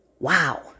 Wow